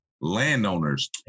landowners